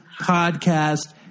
podcast